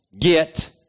get